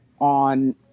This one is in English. on